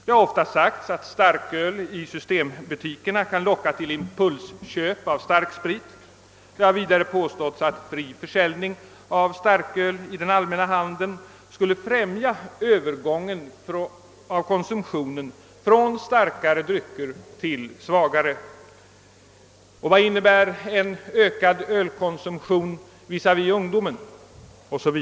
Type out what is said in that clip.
Det har ofta sagts att starköl i systembutikerna kan locka till impulsköp av starksprit, och det har vidare påståtts att fri försäljning av starköl i den allmänna handeln skulle främja övergången av konsumtionen från starkare drycker till svagare. Vad innebär en ökad ölkonsumtion visavi ungdomen?